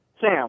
Sam